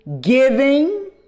giving